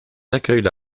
accueillent